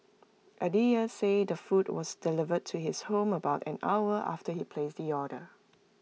Aditya said the food was delivered to his home about an hour after he placed the order